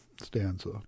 stanza